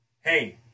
hey